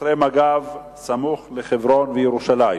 ושוטרי מג"ב סמוך לחברון וירושלים,